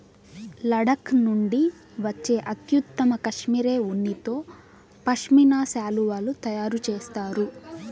లడఖ్ నుండి వచ్చే అత్యుత్తమ కష్మెరె ఉన్నితో పష్మినా శాలువాలు తయారు చేస్తారు